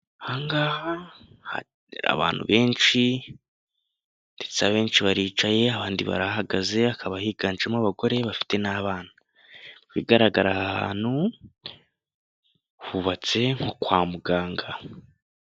Aha ngaha hari abantu benshi ndetse abenshi baricaye, abandi barahagaze, hakaba higanjemo abagore bafite n'abana. Mu bigaragara aha hantu hubatse nko kwa muganga.